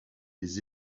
des